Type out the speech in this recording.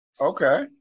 okay